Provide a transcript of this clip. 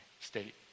state